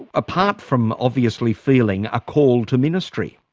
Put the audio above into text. apart from obviously feeling a call to ministry?